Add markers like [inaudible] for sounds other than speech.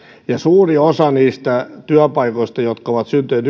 suuri osa niistä työpaikoista jotka ovat syntyneet [unintelligible]